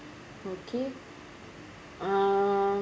okay um